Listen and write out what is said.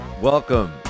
Welcome